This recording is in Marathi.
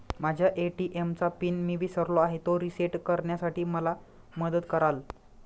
माझ्या ए.टी.एम चा पिन मी विसरलो आहे, तो रिसेट करण्यासाठी मला मदत कराल?